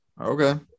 Okay